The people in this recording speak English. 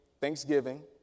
thanksgiving